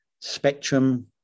Spectrum